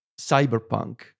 Cyberpunk